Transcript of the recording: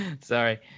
Sorry